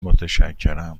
متشکرم